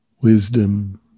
wisdom